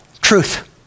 Truth